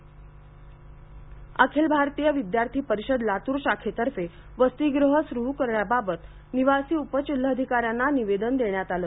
वसतीगृह अखिल भारतीय विद्यार्थी परिषद लातूर शाखेतर्फे वसतिगृह सुरु करण्याबाबत निवासी उप जिल्हाधिकाऱ्यांना निवेदन देण्यात आलं